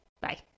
Bye